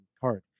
card